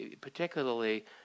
particularly